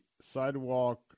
sidewalk